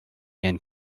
and